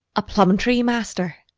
a plum-tree, master